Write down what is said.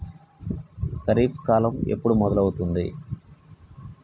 ఖరీఫ్ కాలం ఎప్పుడు మొదలవుతుంది?